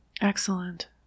Excellent